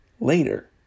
later